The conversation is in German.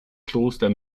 kloster